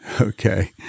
Okay